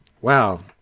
Wow